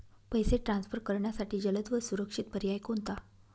पैसे ट्रान्सफर करण्यासाठी जलद व सुरक्षित पर्याय कोणता?